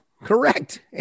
Correct